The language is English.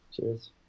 Cheers